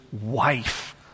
wife